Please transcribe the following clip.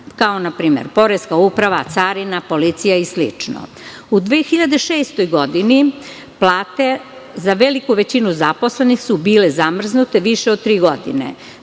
kao na primer Poreska uprava, carina, policija i slično.U godini 2006. plate za veliku većinu zaposlenih su bile zamrznute više od tri godine.